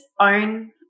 own